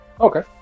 Okay